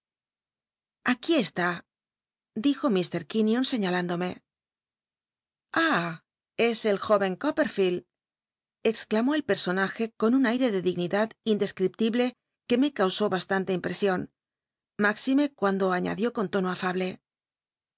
aquí csu dijo iir quinion scñahínclome i ah es el jó'en copperfield exclamó elpesonajc con un aire de dignidad indcscriptible que me cau ú bastante im l'csion máxime cuando añadió con tono afable